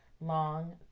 long